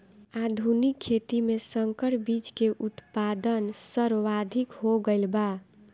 आधुनिक खेती में संकर बीज के उत्पादन सर्वाधिक हो गईल बा